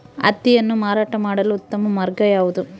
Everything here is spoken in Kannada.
ಹತ್ತಿಯನ್ನು ಮಾರಾಟ ಮಾಡಲು ಉತ್ತಮ ಮಾರ್ಗ ಯಾವುದು?